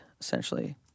essentially